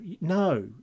No